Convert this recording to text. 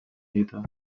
dita